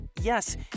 Yes